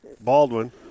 Baldwin